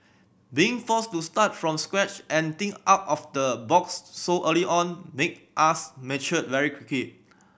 being forced to start from scratch and think out of the box so early on make us mature very